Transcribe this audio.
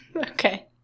Okay